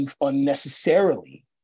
unnecessarily